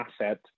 asset